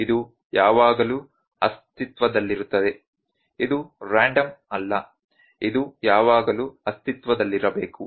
ಇದು ಯಾವಾಗಲೂ ಅಸ್ತಿತ್ವದಲ್ಲಿರುತ್ತದೆ ಇದು ರ್ಯಾಂಡಮ್ ಅಲ್ಲ ಇದು ಯಾವಾಗಲೂ ಅಸ್ತಿತ್ವದಲ್ಲಿರಬೇಕು